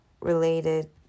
related